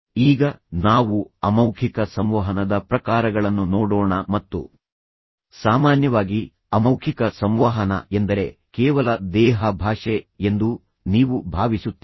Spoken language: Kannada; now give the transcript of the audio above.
ಈಗ ನಾವು ಅಮೌಖಿಕ ಸಂವಹನದ ಪ್ರಕಾರಗಳನ್ನು ನೋಡೋಣ ಮತ್ತು ಸಾಮಾನ್ಯವಾಗಿ ಅಮೌಖಿಕ ಸಂವಹನ ಎಂದರೆ ಕೇವಲ ದೇಹ ಭಾಷೆ ಎಂದು ನೀವು ಭಾವಿಸುತ್ತೀರಿ